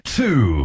two